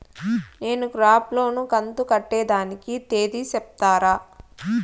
నేను crop loan కంతు కట్టేదానికి తేది సెప్తారా?